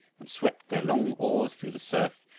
and swept their long oars through the surf,